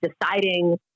deciding